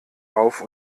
auf